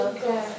Okay